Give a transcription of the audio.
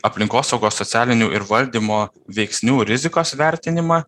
aplinkosaugos socialinių ir valdymo veiksnių rizikos vertinimą